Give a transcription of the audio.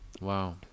Wow